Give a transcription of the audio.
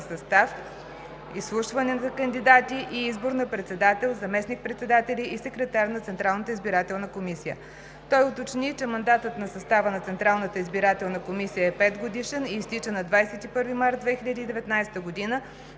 състав, изслушване на кандидати и избор на председател, заместник-председатели и секретар на Централната избирателна комисия. Той уточни, че мандатът на състава на Централната избирателна комисия е 5-годишен и изтича на 21 март 2019 г.,